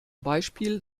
beispiel